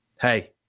hey